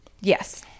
Yes